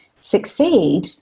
succeed